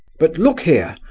but, look here,